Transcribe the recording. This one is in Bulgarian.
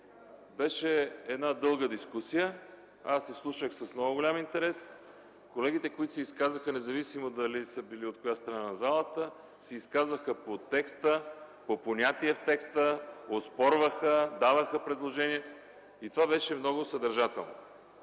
беше дълга дискусия и я слушах с много голям интерес. Колегите, които се изказаха, независимо от коя страна на залата, се изказаха по текста, по понятия в текста, оспорваха, даваха предложения и това беше много съдържателно.